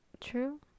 True